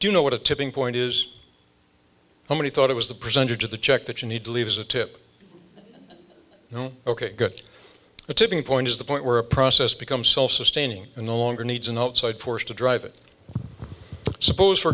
do you know what a tipping point is how many thought it was the percentage of the check that you need to leave as a tip ok the tipping point is the point where a process become self sustaining and no longer needs an outside force to drive it suppose for